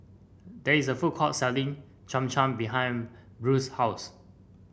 there is a food court selling Cham Cham behind Brea's house